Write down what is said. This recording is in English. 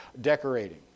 decorating